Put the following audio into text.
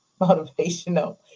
motivational